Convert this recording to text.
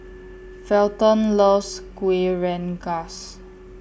Felton loves Kueh Rengas